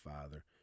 Father